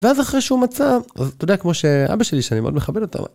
ואז אחרי שהוא מצא, אז אתה יודע, כמו שאבא שלי, שאני מאוד מכבד אותו.